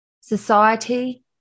Society